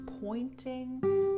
pointing